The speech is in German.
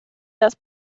das